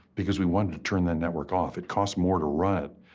because we wanted to turn the network off. it cost more to run it,